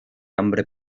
hambre